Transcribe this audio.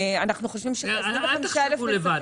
אל תחשבו לבד.